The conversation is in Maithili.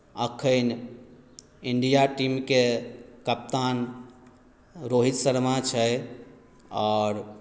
एखन इंडिया टीमके कप्तान रोहित शर्मा छै आओर